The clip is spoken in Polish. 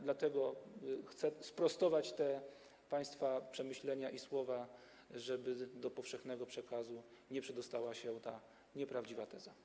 Dlatego chcę sprostować te państwa przemyślenia i te słowa, żeby do powszechnego przekazu nie przedostała się ta nieprawdziwa teza.